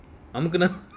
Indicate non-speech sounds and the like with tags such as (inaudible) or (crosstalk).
அமுக்குனா:amukunaa (laughs)